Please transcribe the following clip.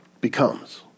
becomes